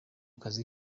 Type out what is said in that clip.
kazi